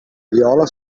viola